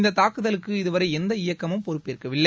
இந்த தாக்குதலுக்கு இதுவரை எந்த இயக்கமும் பொறுப்பேற்கவில்லை